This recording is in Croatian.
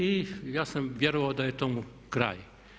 I ja sam vjerovao da je tomu kraj.